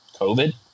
COVID